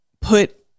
put